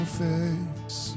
face